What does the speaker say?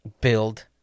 build